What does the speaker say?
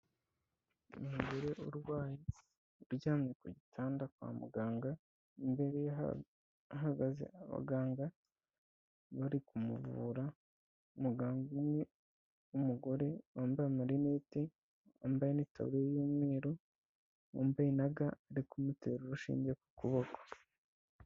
Umugore urwaye uryamye ku gitanda kwa muganga, imbere ye hahagaze abaganga bari kumuvura, umuganga umwe w'umugore wambaye amarinete, wambaye n'itaburiya y'umweru, wambaye na ga ari kumutera urushinge ku kuboko.